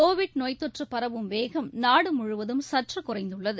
Covid நோய்த்தொற்று பரவும் வேகம் நாடுமுழுவதும் சற்றுகுறைந்துள்ளது